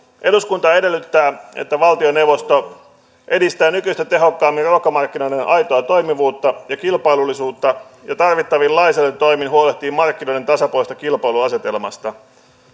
eduskunta edellyttää että valtioneuvosto edistää nykyistä tehokkaammin ruokamarkkinoiden aitoa toimivuutta ja kilpailullisuutta ja tarvittavin lainsäädäntötoimin huolehtii markkinoiden tasapuolisesta kilpailuasetelmasta